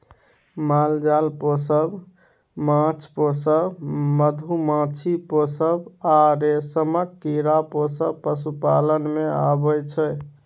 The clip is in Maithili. माल जाल पोसब, माछ पोसब, मधुमाछी पोसब आ रेशमक कीरा पोसब पशुपालन मे अबै छै